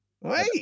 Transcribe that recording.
Wait